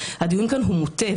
הדיון כאן הוא מוטה,